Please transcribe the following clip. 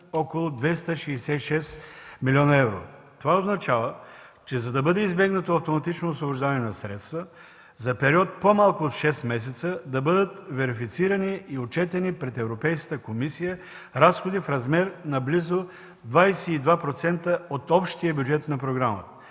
около 266 млн. евро. Това означава, че за да бъде избегнато автоматично освобождаване на средства, за период по-малко от шест месеца трябва да бъдат верифицирани и отчетени пред Европейската комисия разходи в размер на близо 22% от общия бюджет на програмата,